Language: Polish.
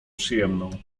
przyjemną